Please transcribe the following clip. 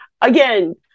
again